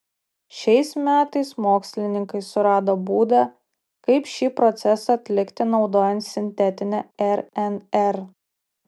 šiais metais mokslininkai surado būdą kaip šį procesą atlikti naudojant sintetinę rnr